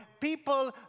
people